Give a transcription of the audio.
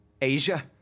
Asia